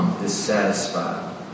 dissatisfied